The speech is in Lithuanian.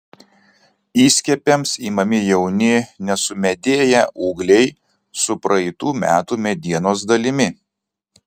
įskiepiams imami jauni nesumedėję ūgliai su praeitų metų medienos dalimi